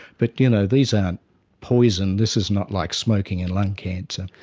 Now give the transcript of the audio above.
but you know these aren't poison, this is not like smoking and lung cancer.